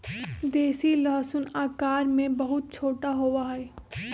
देसी लहसुन आकार में बहुत छोटा होबा हई